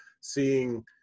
seeing